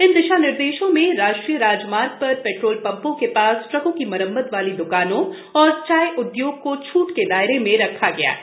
इन दिशानिर्देशों में राष्ट्रीय राजमार्ग पर पेट्रोल पंपों के पास ट्रकों की मरम्मत वाली द्रकानों तथा चाय उद्योग को छूट के दायरे में रखा गया है